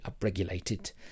upregulated